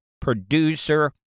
producer